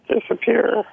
disappear